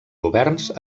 governs